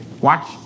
Watch